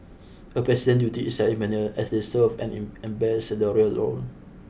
a president's duty is ceremonial as they serve an ambassadorial role